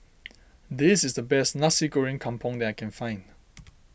this is the best Nasi Goreng Kampung that I can find